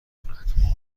کند